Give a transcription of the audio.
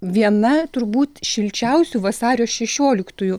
viena turbūt šilčiausių vasario šešioliktųjų